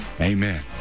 Amen